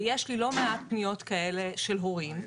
ויש לי לא מעט פניות כאלה של הורים,